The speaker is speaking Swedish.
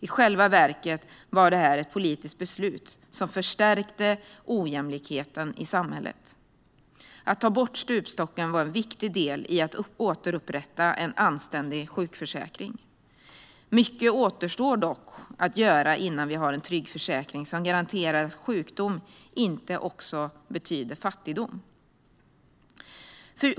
I själva verket var det här ett politiskt beslut som förstärkte ojämlikheten i samhället. Att ta bort stupstocken var en viktig del i att återupprätta en anständig sjukförsäkring. Mycket återstår dock att göra innan vi har en trygg försäkring som garanterar att sjukdom inte också betyder fattigdom.